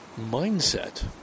mindset